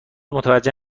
متوجه